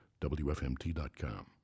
WFMT.com